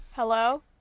Hello